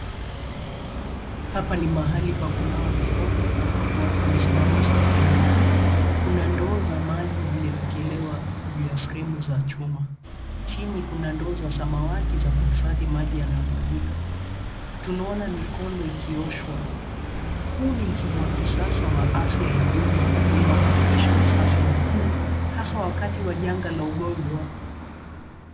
Hapa ni mahali pa kunawa mikono, ambapo watu wamesimama foleni. Kuna ndoo za maji zimewekelewa juu ya fremu za chuma. Chini kuna ndoo za samawati za kuhifadhi maji yanayomwagika. Tunaona mikono ikioshwa. Huu ni mfumo wa kisasa wa afya ya umma unaohakikisha usafi mkuu hasa wakati wa janga la ugonjwa.